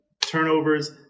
turnovers